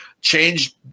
change